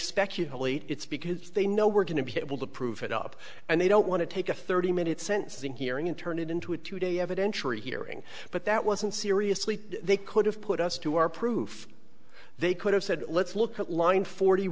speculate it's because they know we're going to be able to prove it up and they don't want to take a thirty minute sentencing hearing and turn it into a two day evidentiary hearing but that wasn't seriously they could have put us to our proof they could have said let's look at line forty